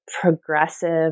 progressive